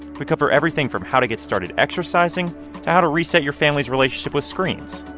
we cover everything from how to get started exercising to how to reset your family's relationship with screens.